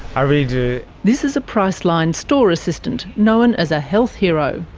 i really do. this is a priceline store assistant, known as a health hero.